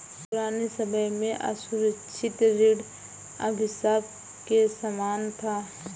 पुराने समय में असुरक्षित ऋण अभिशाप के समान था